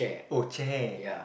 oh chair